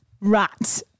rat